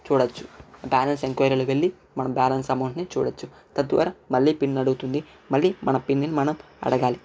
చూడొచ్చు balance enquiry వెళ్ళి మనం బ్యాలెన్స్ అమౌంట్ ని చూడొచ్చు తద్వారా మళ్ళీ పిన్ అడుగుతుంది మళ్ళీ మన పిన్ ని మనం అడగాలి